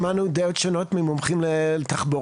שמענו דעות שונות ממומחים לתחבורה.